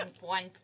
one